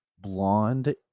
Blonde